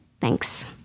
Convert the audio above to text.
Thanks